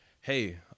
Hey